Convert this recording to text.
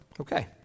Okay